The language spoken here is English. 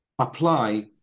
apply